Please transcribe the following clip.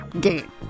game